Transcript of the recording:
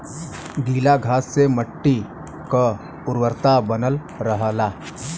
गीला घास से मट्टी क उर्वरता बनल रहला